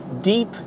deep